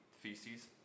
feces